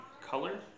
color